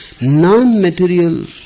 Non-material